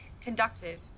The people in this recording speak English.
conductive